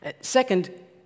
Second